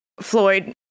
floyd